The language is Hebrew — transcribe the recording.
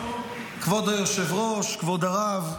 כבוד היושב-ראש, כבוד הרב.